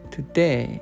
Today